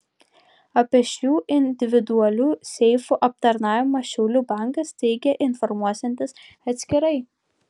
apie šių individualių seifų aptarnavimą šiaulių bankas teigia informuosiantis atskirai